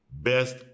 best